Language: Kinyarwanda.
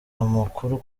amakuru